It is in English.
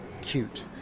cute